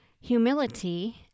humility